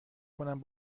کنم